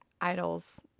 idols